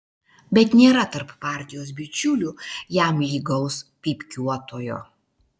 bet nėra tarp partijos bičiulių jam lygaus pypkiuotojo